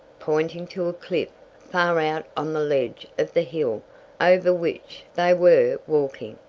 pointing to a cliff far out on the ledge of the hill over which they were walking.